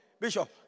Bishop